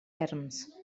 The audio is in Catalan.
erms